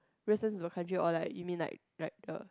races of the country or like you mean like like a